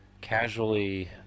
casually